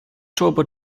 turbo